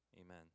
Amen